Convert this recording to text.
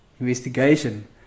investigation